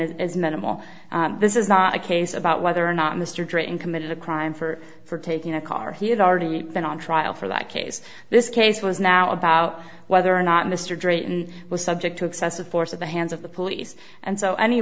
as minimal this is not a case about whether or not mr drayton committed a crime for for taking a car he had already been on trial for that case this case was now about whether or not mr drayton was subject to excessive force at the hands of the police and so any